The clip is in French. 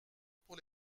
pour